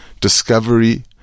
Discovery